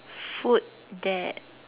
food that